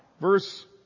Verse